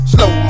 Slow